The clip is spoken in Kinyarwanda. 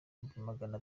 magana